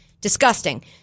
Disgusting